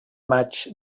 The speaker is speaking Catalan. maig